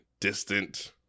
distant